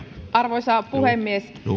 arvoisa puhemies